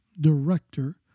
director